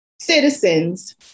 citizens